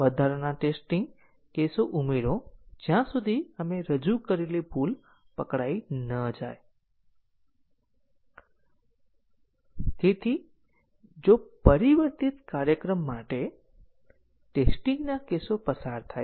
તેથી આપણે પછી ટેસ્ટીંગ કેસો x x 1 y બરાબર 1 x સમાન 1 y બરાબર 2 વગેરે હોઈ શકે છે જે નાના પ્રોગ્રામ 3 લાઇન અથવા 4 લાઇન પ્રોગ્રામ માટે તે ટેસ્ટ કેસ ચલાવશે